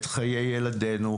את חיי ילדינו,